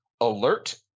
alert